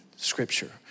Scripture